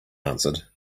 answered